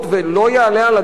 לא יעלה על הדעת